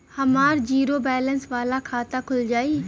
हमार zero balance वाला खाता खुल जाई?